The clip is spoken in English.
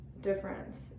difference